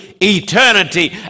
eternity